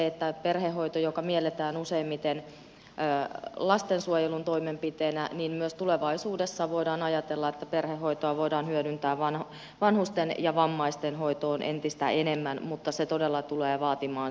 kun perhehoito mielletään useimmiten lastensuojelun toimenpiteenä niin tulevaisuudessa voidaan ajatella myös että perhehoitoa voidaan hyödyntää vanhusten ja vammaisten hoitoon entistä enemmän mutta se todella tulee vaatimaan kehittämistyötä